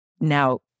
now